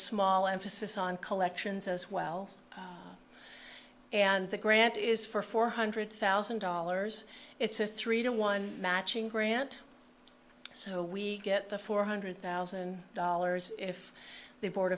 small emphasis on collections as well and the grant is for four hundred thousand dollars it's a three to one matching grant so we get the four hundred thousand dollars if the board